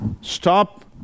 Stop